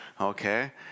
okay